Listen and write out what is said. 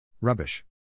Rubbish